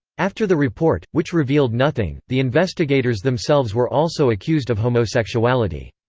after the report, which revealed nothing, the investigators themselves were also accused of homosexuality.